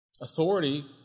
authority